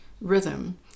rhythm